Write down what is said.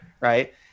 Right